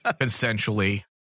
Essentially